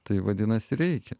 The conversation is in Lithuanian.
tai vadinasi reikia